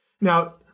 Now